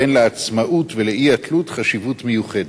שבהן לעצמאות ולאי-תלות יש חשיבות מיוחדת.